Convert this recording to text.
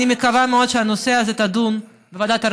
אני מקווה מאוד שהנושא הזה יידון בוועדת העבודה,